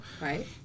right